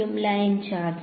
വിദ്യാർത്ഥി line charge